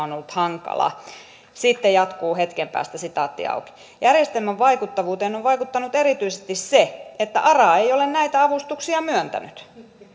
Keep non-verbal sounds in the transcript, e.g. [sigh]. [unintelligible] on ollut hankala sitten jatkuu hetken päästä järjestelmän vaikuttavuuteen on on vaikuttanut erityisesti se että ara ei ole näitä avustuksia myöntänyt